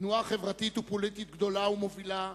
תנועה חברתית ופוליטית גדולה ומובילה,